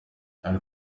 ari